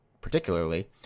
particularly